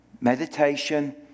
meditation